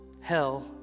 hell